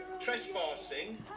Trespassing